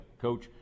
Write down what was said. Coach